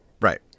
Right